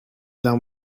done